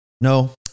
No